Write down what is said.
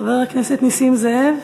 חבר הכנסת נסים זאב,